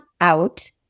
out